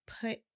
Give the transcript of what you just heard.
put